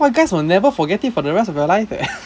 !wah! guys we'll never forget it for the rest of your life leh